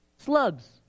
Slugs